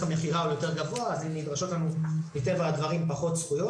המכירה יותר גבוה אז נדרשות מטבע הדברים פחות זכויות,